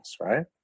right